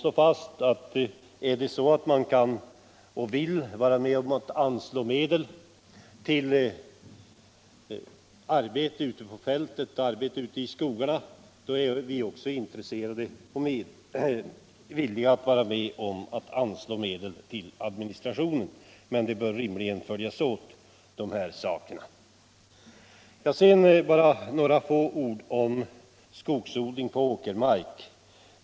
Jag finner det dock angeläget understryka att vill man vara med om att anslå medel till arbete ute i skogarna så är vi också intresserade och villiga att anslå medel till administrationen. Men de här sakerna bör rimligtvis följas åt. Så bara några få ord om skogsodling på åkermark.